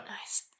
Nice